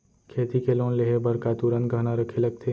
खेती के लोन लेहे बर का तुरंत गहना रखे लगथे?